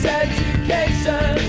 education